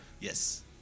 Yes